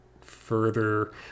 further